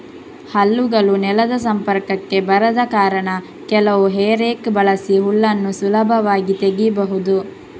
ಹಲ್ಲುಗಳು ನೆಲದ ಸಂಪರ್ಕಕ್ಕೆ ಬರದ ಕಾರಣ ಕೆಲವು ಹೇ ರೇಕ್ ಬಳಸಿ ಹುಲ್ಲನ್ನ ಸುಲಭವಾಗಿ ತೆಗೀಬಹುದು